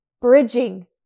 bridging